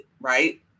Right